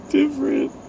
different